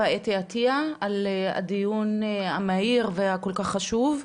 אתי עטיה על הדיון המהיר והכל כך חשוב.